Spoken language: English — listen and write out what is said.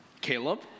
Caleb